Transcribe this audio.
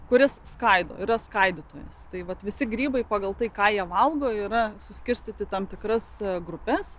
kuris skaido yra skaidytojas tai vat visi grybai pagal tai ką jie valgo yra suskirstyti į tam tikras grupes